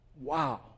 Wow